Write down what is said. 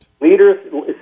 leaders